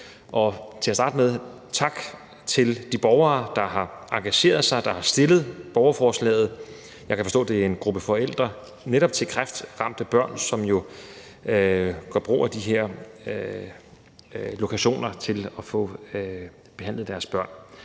med vil jeg sige tak til de borgere, der har engageret sig og har stillet borgerforslaget. Jeg kan forstå, at det er en gruppe forældre netop til kræftramte børn, som jo gør brug af de her lokationer til at få behandlet deres børn.